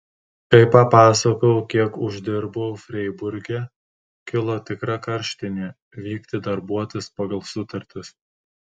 kai papasakojau kiek uždirbau freiburge kilo tikra karštinė vykti darbuotis pagal sutartis